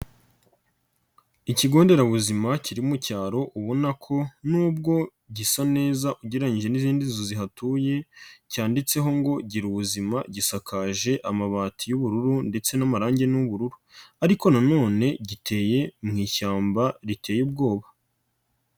Ikigo nderabuzima kiri mu cyaro ubona ko nubwo gisa neza ugereranyije n'izindi nzu zihatuye cyanditseho ngo gira ubuzima, gisakaje amabati y'ubururu ndetse n'amarangi ni ubururu ariko nanone giteye mu ishyamba riteye ubwoba.